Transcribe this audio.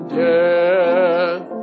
death